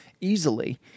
easily